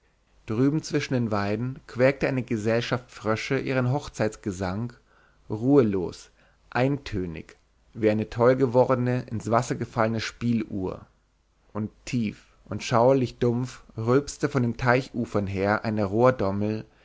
drüben zwischen den weiden quäkte eine gesellschaft frösche ihren hochzeitsgesang ruhelos eintönig wie eine tollgewordene ins wasser gefallene spieluhr und tief und schauerlich dumpf rülpste von den teichufern her eine